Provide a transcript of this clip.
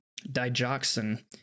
digoxin